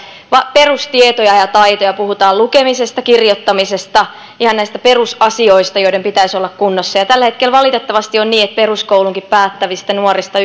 perustietoja ja taitoja puhutaan lukemisesta kirjoittamisesta ihan näistä perusasioista joiden pitäisi olla kunnossa tällä hetkellä valitettavasti on niin että peruskoulunkin päättävistä nuorista